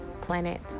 planet